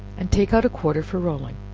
and take out a quarter for rolling